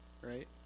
right